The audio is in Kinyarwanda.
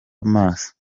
maso